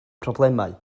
problemau